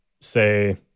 say